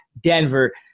Denver